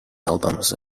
albums